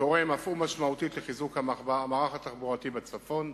תורם אף הוא משמעותית לחיזוק המערך התחבורתי בצפון.